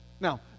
Now